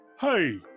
Hey